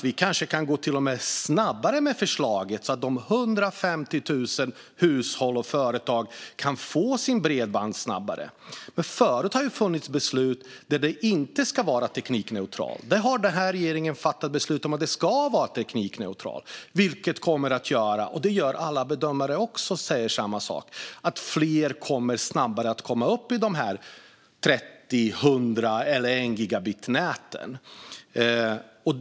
Vi kanske till och med kan gå snabbare fram med förslaget, så att de 150 000 hushållen och företagen kan få sitt bredband snabbare. Förut har det funnits beslut om att det inte ska vara teknikneutralt. Den här regeringen har fattat beslut om att det ska vara teknikneutralt. Alla bedömare säger samma sak, nämligen att detta kommer att göra att fler kommer att komma upp i 30 megabit, 100 megabit eller 1 gigabit snabbare.